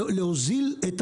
להוזיל,